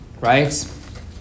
Right